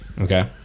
Okay